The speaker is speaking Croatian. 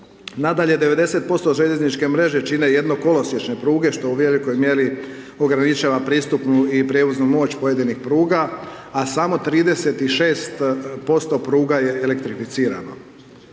Nadalje, 90% željezničke mreže čine jednokolosječne pruge što u velikoj mjeri ograničava pristup i prijevoznu moć pojedinih pruga sa samo 36% pruga je elektrificirano.